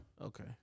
Okay